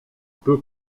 peu